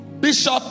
Bishop